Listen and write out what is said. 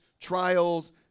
trials